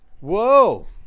Whoa